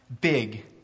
big